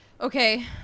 Okay